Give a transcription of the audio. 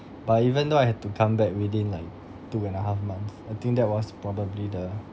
but even though I had to come back within like two and a half months I think that was probably the